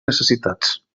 necessitats